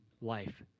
life